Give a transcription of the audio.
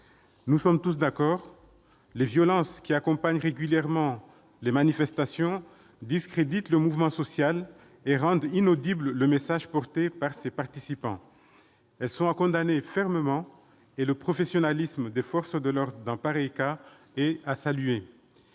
Nous sommes tous d'accord : les violences qui accompagnent régulièrement les manifestations discréditent le mouvement social et rendent inaudible le message porté par ceux qui y participent. Elles sont à condamner fermement et le professionnalisme dont font preuve les forces de l'ordre en pareil cas doit être salué.